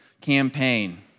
campaign